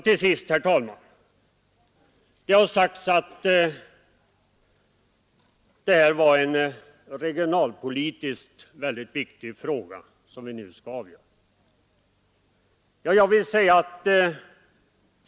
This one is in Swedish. Till sist, herr talman: man har sagt att det är en regionalpolitiskt mycket viktig fråga som vi nu skall avgöra.